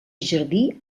jardí